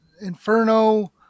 Inferno